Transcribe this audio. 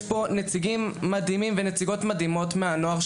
יש פה נציגים מדהימים ונציגות מדהימות מהנוער,